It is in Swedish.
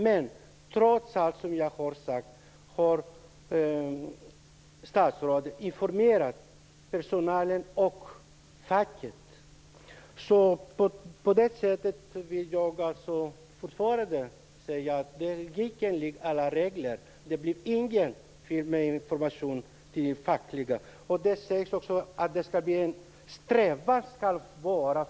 Men, trots allt, har statsrådet informerat personalen och facket. Jag hävdar fortfarande att detta ärende bereddes enligt alla regler. Det blev inget fel när det gäller informationen till facken. Det talas om en strävan.